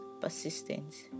persistence